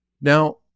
Now